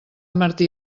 martí